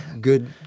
good